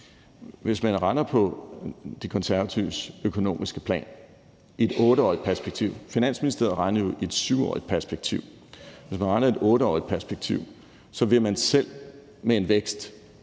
Hvis man regner på De Konservatives økonomiske plan i et 8-årigt perspektiv – Finansministeriet regnede jo på det i et 7-årigt perspektiv – vil man selv med en vækst